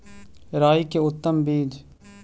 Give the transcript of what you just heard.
राई के उतम बिज?